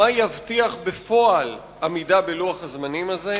מה יבטיח בפועל עמידה בלוח הזמנים הזה?